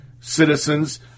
citizens